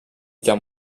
guerre